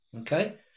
okay